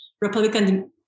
Republican